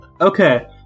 Okay